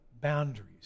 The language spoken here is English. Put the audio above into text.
boundaries